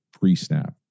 pre-snap